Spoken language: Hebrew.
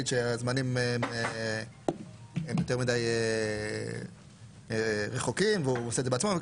שהזמנים יותר מידיי רחוקים ושהוא עושה את זה בעצמו.